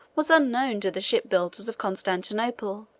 was unknown to the ship-builders of constantinople,